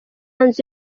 nzu